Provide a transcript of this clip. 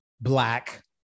black